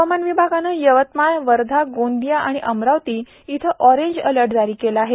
हवामान विभागाने यवतमाळ वर्धा गोंदिया आणि अमरावती इथं ऑरेंज अलर्ट जारी केला आहे